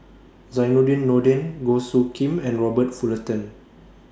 Zainudin Nordin Goh Soo Khim and Robert Fullerton